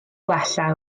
gwella